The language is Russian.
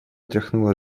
тряхнула